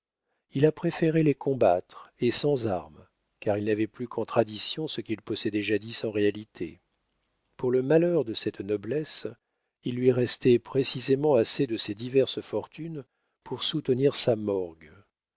il a préféré les combattre et sans armes car il n'avait plus qu'en tradition ce qu'il possédait jadis en réalité pour le malheur de cette noblesse il lui restait précisément assez de ses diverses fortunes pour soutenir sa morgue